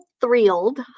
thrilled